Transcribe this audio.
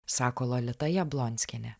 sako lolita jablonskienė